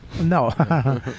No